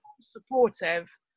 supportive